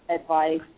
advice